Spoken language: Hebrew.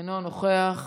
אינו נוכח.